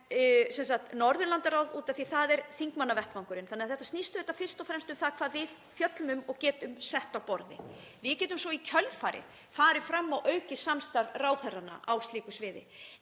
En Norðurlandaráð, af því að það er þingmannavettvangurinn — þetta snýst auðvitað fyrst og fremst um hvað við fjöllum um og getum sett á borðið. Við getum svo í kjölfarið farið fram á aukið samstarf ráðherranna á slíku sviði.